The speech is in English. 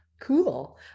Cool